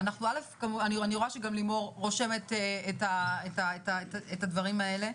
אני רואה שגם לימור רושמת את הדברים האלה.